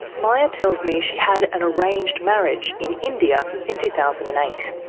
maya tells me she had an arranged marriage in india in two thousand and eight.